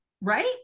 right